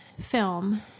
film